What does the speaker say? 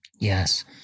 Yes